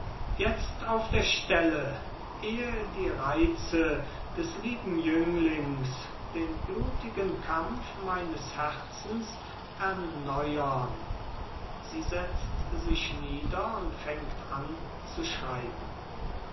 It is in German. geschehen jetzt auf der stelle ehe die reize des lieben jünglings den blutigen kampf meines herzens erneuern sie setzt sich nieder und fängt an zu schreiben